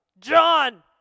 John